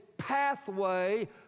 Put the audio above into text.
pathway